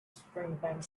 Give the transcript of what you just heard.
springtime